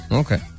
okay